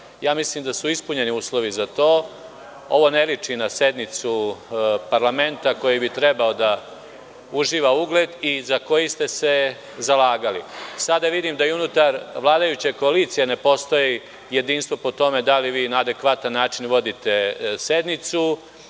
Mislim da su ispunjeni uslovi za to. Ovo ne liči na sednicu parlamenta koji bi trebao da uživa ugled za koji ste se zalagali. Sada vidim da i unutar vladajuće koalicije ne postoji jedinstvo po tome da li vi na adekvatan način vodite sednicu.